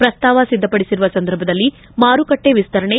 ಪ್ರಸ್ತಾವ ಸಿದ್ಧಪಡಿಸುವ ಸಂದರ್ಭದಲ್ಲಿ ಮಾರುಕಟ್ಟೆ ವಿಸ್ತರಣೆ